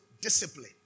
Discipline